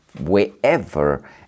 wherever